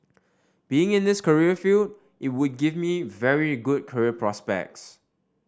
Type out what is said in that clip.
being in this career field it would give me very good career prospects